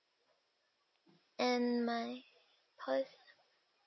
and my how is